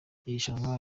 irushanwa